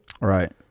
Right